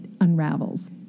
unravels